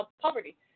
poverty